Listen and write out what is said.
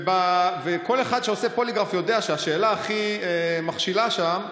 כל אחד שעושה פוליגרף יודע שהשאלה הכי מכשילה שם היא: